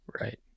Right